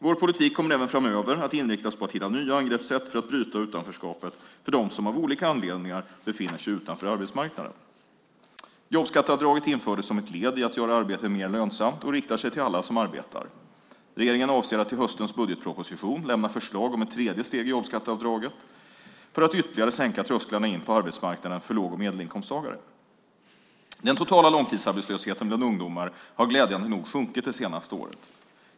Vår politik kommer även framöver att inriktas på att hitta nya angreppssätt för att bryta utanförskapet för dem som av olika anledningar befinner sig utanför arbetsmarknaden. Jobbskatteavdraget infördes som ett led i att göra arbete mer lönsamt och riktar sig till alla som arbetar. Regeringen avser att i höstens budgetproposition lämna förslag om ett tredje steg i jobbskatteavdraget för att ytterligare sänka trösklarna in på arbetsmarknaden för låg och medelinkomsttagare. Den totala långtidsarbetslösheten bland ungdomar har glädjande nog sjunkit det senaste året.